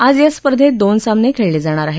आज या स्पर्धेत दोन सामने खेळले जाणार आहेत